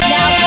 Now